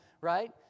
right